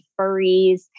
furries